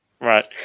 Right